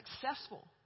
successful